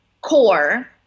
core